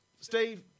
Steve